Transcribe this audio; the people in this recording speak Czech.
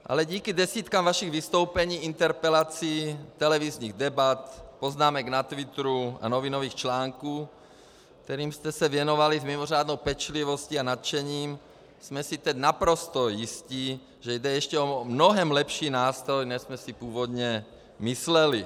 Ale díky desítkám vašich vystoupení, interpelací, televizních debat, poznámek na twitteru a novinových článků, kterým jste se věnovali s mimořádnou pečlivostí a nadšením, jsme si teď naprosto jistí, že jde ještě o mnohem lepší nástroj, než jsme si původně mysleli. .